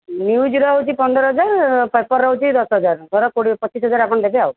ନିଉଜ୍ର ହେଉଛି ପନ୍ଦରହଜାର ପେପର୍ର ହେଉଛି ଦଶହଜାର ଧର କୋଡ଼ିଏ ପଚିଶହଜାର ଆପଣ ଦେବେ ଆଉ